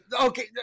Okay